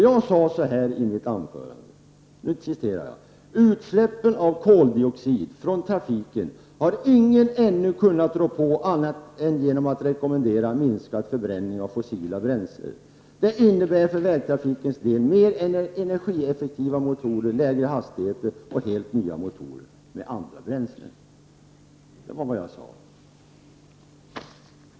Jag sade så här i mitt anförande: Utsläppen av koldioxid från trafiken har ingen ännu kunnat rå på annat än genom att rekommendera minskad förbränning av fossila bränslen. Det innebär för vägtrafikens del mer energieffektiva motorer, lägre hastigheter och helt nya motorer med andra bränslen. Det var vad jag sade.